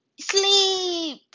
sleep